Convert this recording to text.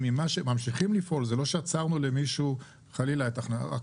ממשיכים לפעול זה לא שעצרנו למישהו חלילה רק